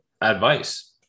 advice